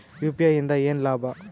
UPI ಇಂದ ಏನ್ ಲಾಭ?